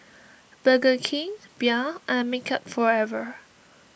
Burger King Bia and Makeup Forever